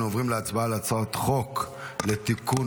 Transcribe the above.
אנו עוברים להצבעה על הצעת החוק לתיקון